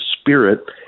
spirit